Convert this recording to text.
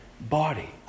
body